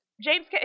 james